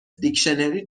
دیکشنری